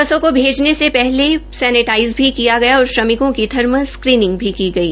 बसों को भेजने से पहले सैनीटाईज भी किया गया असौर श्रमिकों की थर्मल स्क्रीनिंग भी की गई